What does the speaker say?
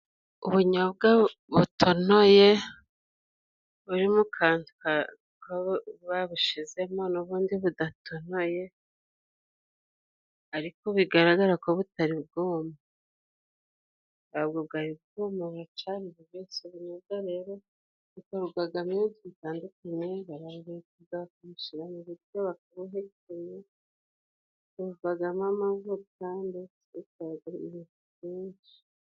Ubunyobwa butonoye, buri mu kantu babushizemo n'ubundi budatoneye ariko bigaragara ko butari bwuma, ntabwo bwari bwuma buracari bubisi. Ubunyobwa rero hakorwaga zitandukanye kuzamuso mu ba baka buvagamo amavu kanditkorag ibi byinshi